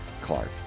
Clark